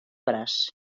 braç